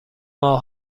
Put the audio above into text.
ماه